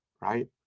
right